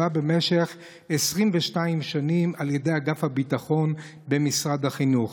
במשך 22 שנים על ידי אגף הביטחון במשרד החינוך.